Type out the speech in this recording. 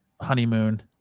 honeymoon